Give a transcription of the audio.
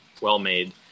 well-made